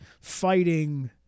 fighting